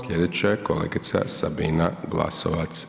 Sljedeća je kolegica Sabina Glasovac.